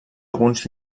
alguns